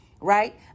right